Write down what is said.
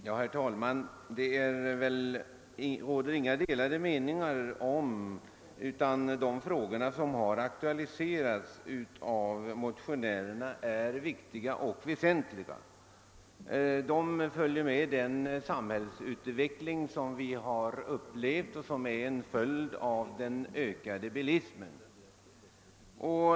Herr talman! Det råder inga delade meningar om att de frågor som har aktualiserats av motionärerna är viktiga. De sammanhänger med den samhällsutveckling som vi har upplevt som en följd av den ökade bilismen.